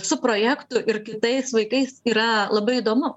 su projektu ir kitais vaikais yra labai įdomu